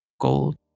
gold